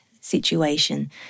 situation